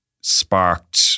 sparked